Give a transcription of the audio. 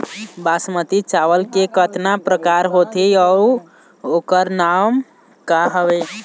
बासमती चावल के कतना प्रकार होथे अउ ओकर नाम क हवे?